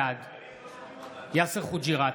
בעד יאסר חוג'יראת,